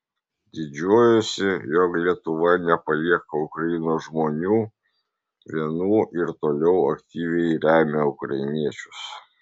didžiuojuosi jog lietuva nepalieka ukrainos žmonių vienų ir toliau aktyviai remia ukrainiečius